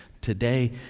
Today